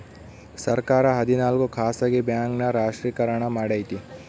ಸರ್ಕಾರ ಹದಿನಾಲ್ಕು ಖಾಸಗಿ ಬ್ಯಾಂಕ್ ನ ರಾಷ್ಟ್ರೀಕರಣ ಮಾಡೈತಿ